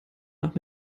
nach